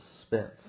suspense